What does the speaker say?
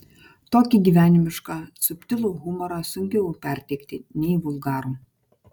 tokį gyvenimišką subtilų humorą sunkiau perteikti nei vulgarų